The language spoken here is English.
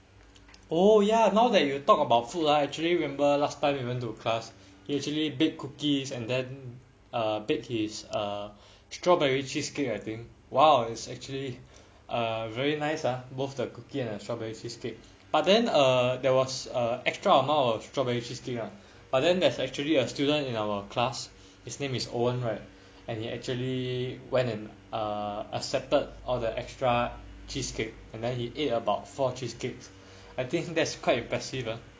oh ya now that you talk about food ah actually remember last time you went to class he atually baked cookies and uh then baked err his strawberry cheesecake I think !wow! is actually a very nice ah both the cookie and strawberry cheesecake but then err there was a extra amount of strawberry cheesecake ah but then there's actually a student in our class his name is owen right and he actually went and err accepted all the extra cheesecake and then he ate about four cheesecakes I think that's quite impressive